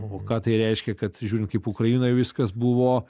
o ką tai reiškia kad žiūrint kaip ukrainoj viskas buvo